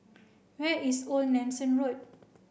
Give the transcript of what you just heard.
where is Old Nelson Road